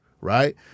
right